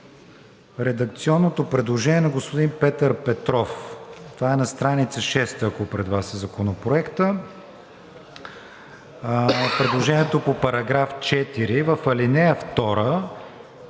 редакционното предложение на господин Петър Петров. Това е на страница 6, ако пред Вас е Законопроектът. Предложението по § 4: В ал. 2